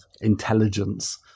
intelligence